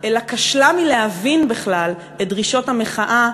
אלא כשלה מלהבין בכלל את דרישות המחאה,